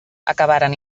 acabaren